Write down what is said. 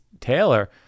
Taylor